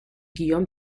guillaume